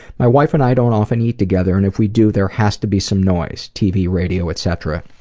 my wife and i don't often eat together and if we do, there has to be some noise tv, radio, etc.